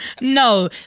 No